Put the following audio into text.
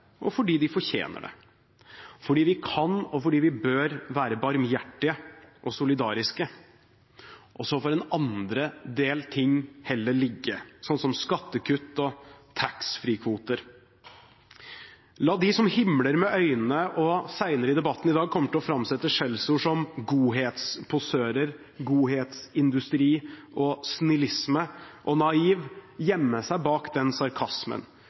og fordi de fortjener det, fordi vi kan og bør være barmhjertige og solidariske, og så får en del andre ting heller ligge, som skattekutt og taxfree-kvoter. La de som himler med øynene og senere i debatten i dag kommer til å framsette skjellsord som «godhetsposører», «godhetsindustri», «snillisme» og «naiv», gjemme seg bak den sarkasmen